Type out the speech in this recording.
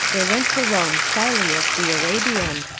there went to rome sylleus the arabian,